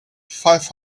five